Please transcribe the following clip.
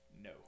No